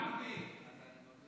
הרב גפני,